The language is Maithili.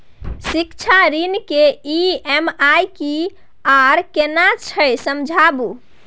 शिक्षा ऋण के ई.एम.आई की आर केना छै समझाबू?